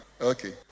Okay